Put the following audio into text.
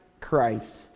Christ